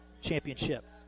championship